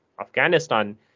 Afghanistan